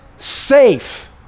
safe